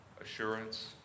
assurance